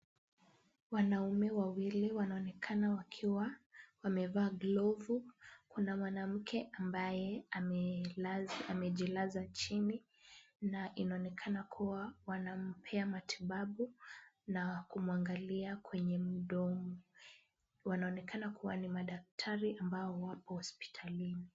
Wanaume wawili wanaonekana wakiwa wamevaa glovu. Kuna mwanamke ambaye amejilaza chini na inaonekana kuwa wanampea matibabu na kumwangalia kwenye mdomo. Wanaonekana kuwa ni madaktari ambao wapo hospitalini.